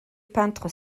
peintre